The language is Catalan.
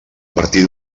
partir